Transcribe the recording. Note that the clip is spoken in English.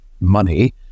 money